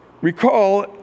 recall